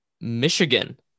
Michigan